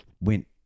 went